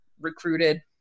recruited